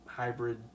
Hybrid